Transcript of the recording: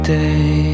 day